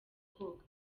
koga